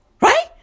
Right